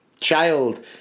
Child